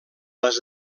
les